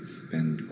spend